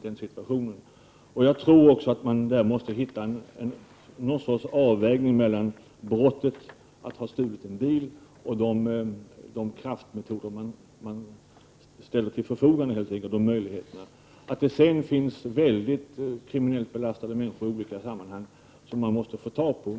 Jag tror att man måste göra någon sorts avvägning mellan brottet, t.ex. en bilstöld, och de kraftmetoder som ställs till förfogande. Det finns naturligtvis mycket kriminellt belastade människor som polisen måste få tag på.